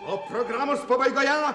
o programos pabaigoje